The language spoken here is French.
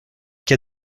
quai